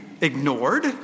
ignored